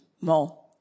more